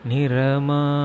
Nirama